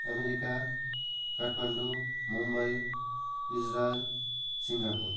America Kathmandu Mumbai Israel Singapore